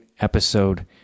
episode